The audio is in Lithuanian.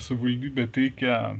savivaldybė teikia